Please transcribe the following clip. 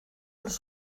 los